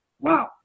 Wow